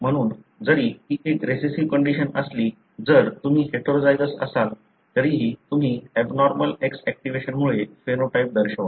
म्हणून जरी ती एक रिसेसिव्ह कंडिशन असली जर तुम्ही हेटेरोझायगस असाल तरीही तुम्ही एबनॉर्मल X इनऍक्टिव्हेशन मुळे फेनोटाइप दर्शवाल